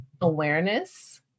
awareness